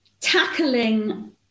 tackling